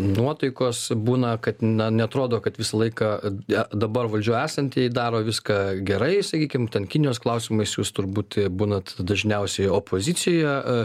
nuotaikos būna kad na neatrodo kad visą laiką dabar valdžioje esantieji daro viską gerai sakykim ten kinijos klausimais jūs turbūt būnat dažniausiai opozicijoje